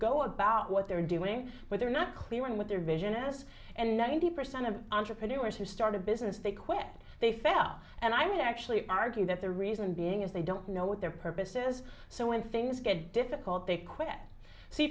go about what they're doing but they're not clear on what their vision is and ninety percent of entrepreneurs who started business they quit they fell and i mean i actually argue that the reason being is they don't know what their purpose is so when things get difficult they quit s